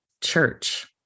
Church